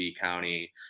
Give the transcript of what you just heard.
county